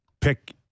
pick